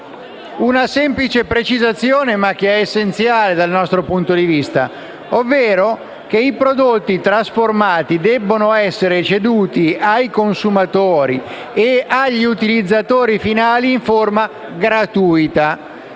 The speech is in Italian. una semplice precisazione, che però è essenziale dal nostro punto di vista, ovvero che i prodotti trasformati debbono essere ceduti ai consumatori e agli utilizzatori finali in forma gratuita.